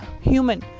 human